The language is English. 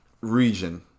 region